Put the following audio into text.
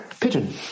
pigeon